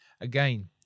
Again